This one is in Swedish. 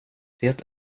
det